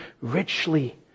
richly